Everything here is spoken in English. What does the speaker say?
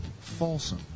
Folsom